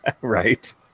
right